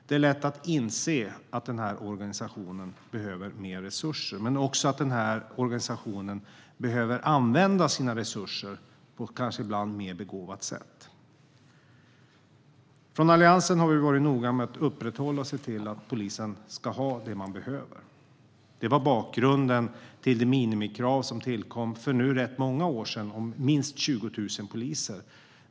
Det är lätt att inse att denna organisation behöver mer resurser men också att organisationen ibland behöver använda sina resurser på ett mer begåvat sätt. Alliansen har noga betonat att polisen ska ha det man behöver. Det var bakgrunden till det minimikrav som kom för rätt många år sedan om minst 20 000 poliser.